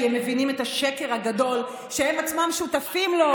כי הם מבינים את השקר הגדול שהם עצמם שותפים לו,